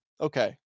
Okay